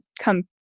come